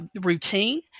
routine